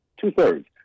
Two-thirds